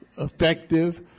Effective